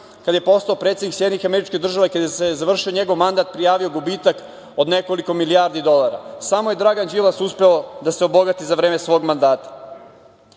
kada je postao predsednik SAD i kada se završio njegov mandat prijavio gubitak od nekoliko milijardi dolara. Samo je Dragan Đilas uspeo da se obogati za vreme svog mandata. Pozivam